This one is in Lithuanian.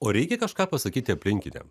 o reikia kažką pasakyti aplinkiniams